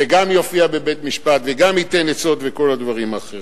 וגם יופיע בבית-משפט וגם ייתן עצות וכל הדברים האחרים.